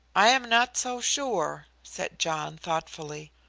i am not so sure, said john, thoughtfully.